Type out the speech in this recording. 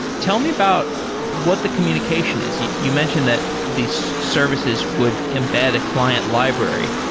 tell me about what the communication is. you you mentioned that these services would embed a client library.